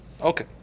Okay